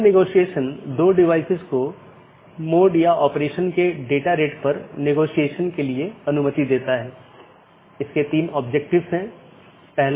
यह feature BGP साथियों को एक ही विज्ञापन में कई सन्निहित रूटिंग प्रविष्टियों को समेकित करने की अनुमति देता है और यह BGP की स्केलेबिलिटी को बड़े नेटवर्क तक बढ़ाता है